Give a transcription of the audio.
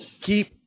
Keep